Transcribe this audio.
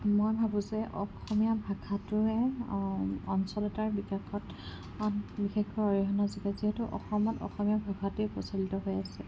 মই ভাবোঁ যে অসমীয়া ভাষাটোৱে অঞ্চল এটাৰ বিকাশত বিশেষকৈ অৰিহণা যোগায় যিহেতু অসমত অসমীয়া ভাষাটোৱে প্ৰচলিত হৈ আছে